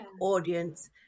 audience